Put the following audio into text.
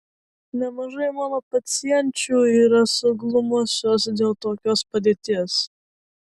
nemažai mano pacienčių yra suglumusios dėl tokios padėties